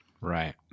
Right